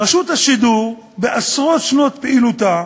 רשות השידור, בעשרות שנות פעילותה,